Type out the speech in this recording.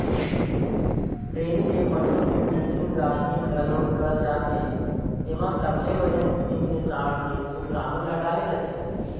dairy के पसू के कृतिम गाभिन घलोक करे जाथे, एमा सबले बड़िहा किसम के सांड के सुकरानू ल डाले जाथे